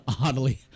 Oddly